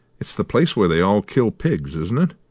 it's the place where they all kill pigs, isn't it?